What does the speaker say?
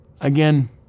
Again